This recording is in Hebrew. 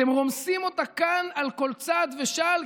אתם רומסים אותה כאן בכל צעד ושעל,